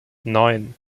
neun